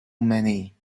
many